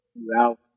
throughout